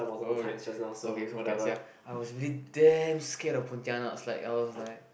oh okay okay so scared sia I was really damn scared of Pontianaks like I was like